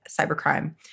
cybercrime